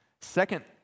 Second